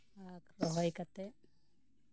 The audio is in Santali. ᱨᱚᱦᱚᱭ ᱠᱟᱛᱮᱜ